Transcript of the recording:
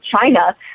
China